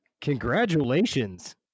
Congratulations